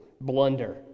blunder